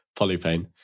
Polypane